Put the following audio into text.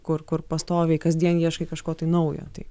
kur kur pastoviai kasdien ieškai kažko tai naujo tai